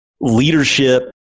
leadership